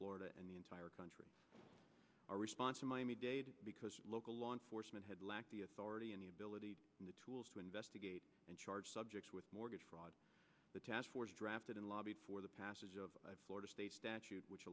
florida and the entire country our response of miami dade because local law enforcement had lacked the authority and the ability and the tools to investigate and charge subjects with mortgage fraud task force drafted in law before the passage of florida state statute which